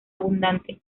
abundante